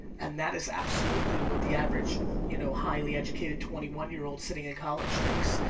and that is absolutely what the average you know highly educated twenty one year old sitting in college thinks.